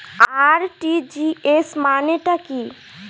RTGS মানে টা কি?